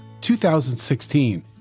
2016